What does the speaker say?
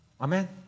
Amen